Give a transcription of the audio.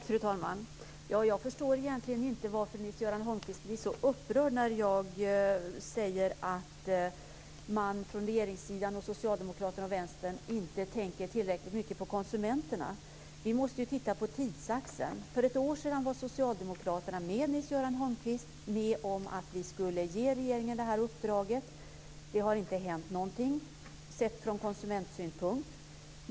Fru talman! Jag förstår egentligen inte varför Nils Göran Holmqvist blir så upprörd när jag säger att man från regeringssidan, Socialdemokraterna och Vänstern inte tänker tillräckligt mycket på konsumenterna. Vi måste titta på tidsaxeln. För ett år sedan var Socialdemokraterna, med Nils-Göran Holmqvist, med om att vi skulle ge regeringen det här uppdraget. Det har inte hänt någonting från konsumentsynpunkt.